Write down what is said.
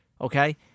okay